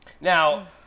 Now